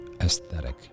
aesthetic